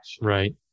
Right